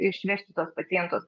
išvežti tuos pacientus